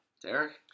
Derek